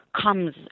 comes